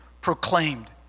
proclaimed